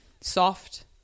Soft